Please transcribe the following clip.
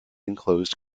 enclosed